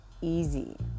easy